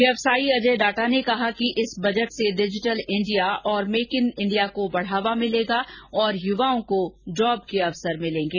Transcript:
व्यवसायी अजय डाटा ने कहा कि इस बजट से डिजिटल इंडिया और मेक इन इंडिया को बढ़ावा मिलेगा और युवाओं को जॉब के अवसर मिलेंगे